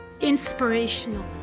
inspirational